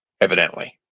evidently